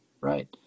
right